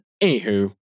Anywho